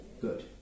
Good